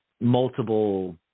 multiple